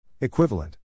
Equivalent